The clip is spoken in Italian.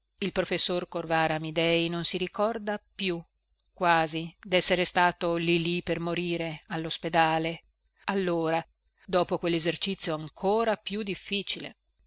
il professor corvara amidei non si ricorda più quasi dessere stato lì lì per morire allospedale allora dopo quellesercizio ancora più difficile